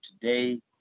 today